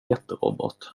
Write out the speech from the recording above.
jätterobot